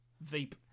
Veep